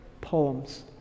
poems